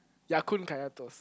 Ya-Kun kaya toast